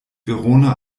verona